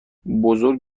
بزرگ